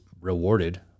rewarded